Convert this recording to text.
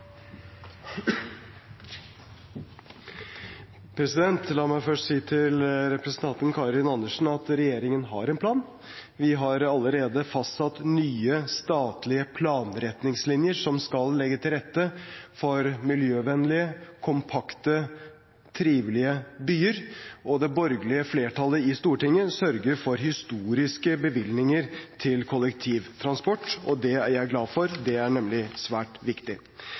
La meg først si til representanten Karin Andersen at regjeringen har en plan. Vi har allerede fastsatt nye statlige planretningslinjer som skal legge til rette for miljøvennlige, kompakte og trivelige byer. Og det borgerlige flertallet i Stortinget sørger for historiske bevilgninger til kollektivtransport. Det er jeg glad for, det er nemlig svært viktig.